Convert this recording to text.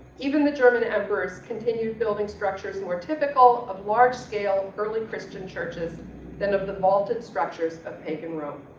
even the german emperor's continued building structures more typical of large-scale early christian churches than of the vaulted structures of pagan rome.